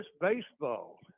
baseball